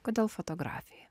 kodėl fotografija